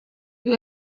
you